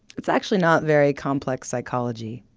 it's actually not very complex psychology.